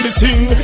sing